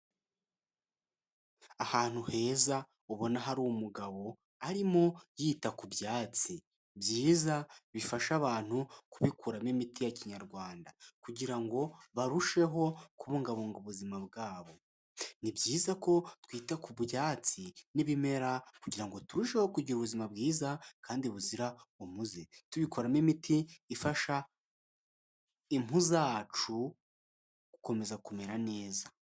Ahantu heza ubona hari umugabo arimo yita ku byatsi byiza bifasha abantu gukuramo imiti ya kinyarwanda kugira ngo barusheho kubungabunga ubuzima bwabo ni byiza ko twita ku byatsi n'ibimera kugirango turusheho kugira ubuzima bwiza kandi buzira umuze tubikoramo imiti ifasha impu zacu gukomeza kumera neza.